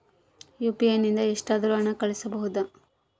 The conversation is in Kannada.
ಯು.ಪಿ.ಐ ನಿಂದ ಎಷ್ಟಾದರೂ ಹಣ ಕಳಿಸಬಹುದಾ?